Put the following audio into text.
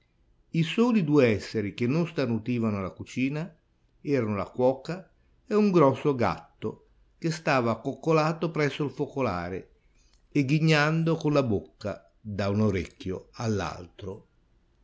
i soli due esseri che non starnutivano nella cucina erano la cuoca e un grosso gatto che stava accoccolato presso il focolare e ghignando con la bocca da un orecchio all'altro